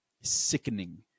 sickening